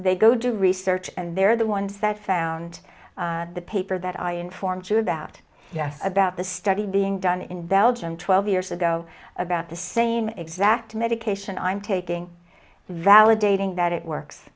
they go do research and they're the ones that found the paper that i informed you about yes about the study being done in belgium twelve years ago about the same exact medication i'm taking validating that it works